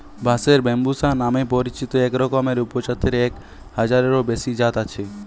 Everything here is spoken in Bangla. বাঁশের ব্যম্বুসা নামে পরিচিত একরকমের উপজাতের এক হাজারেরও বেশি জাত আছে